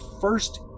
first